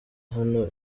hano